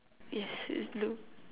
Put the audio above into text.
yes it is blue